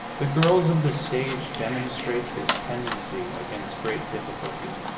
the girls of the stage demonstrate this tendency against great difficulties.